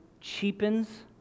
cheapens